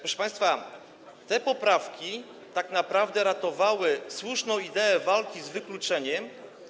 Proszę państwa, te poprawki tak naprawdę ratowały słuszną ideę walki z wykluczeniem.